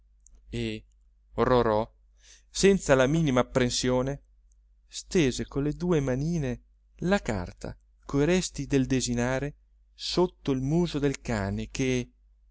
e rorò senza la minima apprensione stese con le due manine la carta coi resti del desinare sotto il muso del cane che